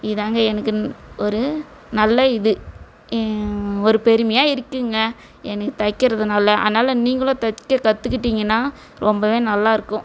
இதாங்க எனக்கு ஒரு நல்ல இது ஒரு பெருமையாக இருக்குங்க எனக்கு தைக்கிறதுனால அதனால நீங்களும் தைக்க கற்றுக்கிட்டிங்கனா ரொம்பவே நல்லா இருக்கும்